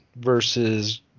Versus